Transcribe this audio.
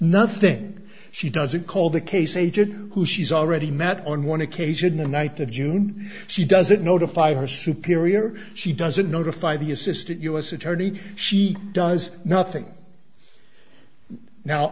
nothing she doesn't call the case agent who she's already met on one occasion the night of june she doesn't notify her superior she doesn't notify the assistant u s attorney she does nothing now